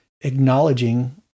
acknowledging